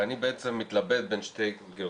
ואני מתלבט בין שתי גרסאות: